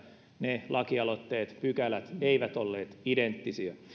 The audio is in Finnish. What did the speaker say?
ne lakialoitteet ja pykälät eivät olleet identtisiä